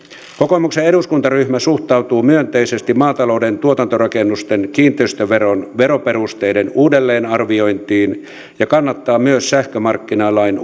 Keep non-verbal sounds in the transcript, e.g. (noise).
kokoomuksen eduskuntaryhmä suhtautuu myönteisesti maatalouden tuotantorakennusten kiinteistöveron veroperusteiden uudelleenarviointiin ja kannattaa myös sähkömarkkinalain (unintelligible)